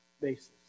basis